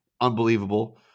Unbelievable